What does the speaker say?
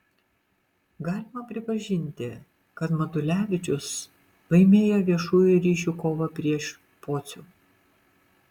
galima pripažinti kad matulevičius laimėjo viešųjų ryšių kovą prieš pocių